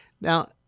Now